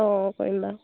অঁ কৰি বাৰু